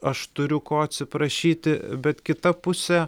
aš turiu ko atsiprašyti bet kita pusė